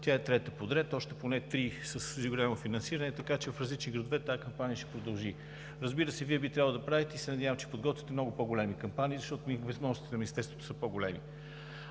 Тя е трета подред. Още три поне са с голямо финансиране. Така че в различни градове тази кампания ще продължи. Разбира се, Вие би трябвало да правите и се надявам, че подготвяте много по-големи кампании, защото възможностите на Министерството са по-големи.